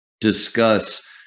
discuss